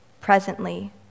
presently